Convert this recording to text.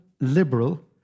liberal